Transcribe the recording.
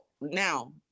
now